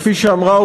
כפי שאמרה,